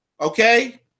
Okay